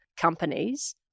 companies